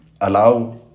allow